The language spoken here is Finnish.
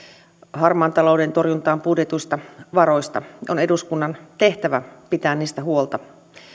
harmaan talouden torjuntaan budjetoiduista varoista on eduskunnan tehtävä pitää huolta